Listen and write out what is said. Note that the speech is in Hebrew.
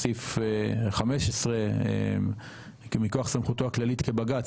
סעיף 15 מכוח סמכותו הכללית כבג"צ,